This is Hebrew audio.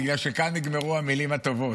בגלל שכאן נגמרו המילים הטובות.